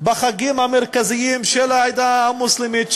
בחגים המרכזיים של העדה המוסלמית,